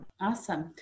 Awesome